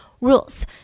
rules